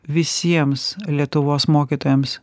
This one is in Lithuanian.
visiems lietuvos mokytojams